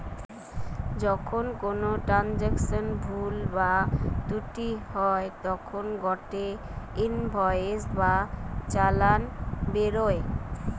যখন কোনো ট্রান্সাকশনে ভুল বা ত্রুটি হই তখন গটে ইনভয়েস বা চালান বেরোয়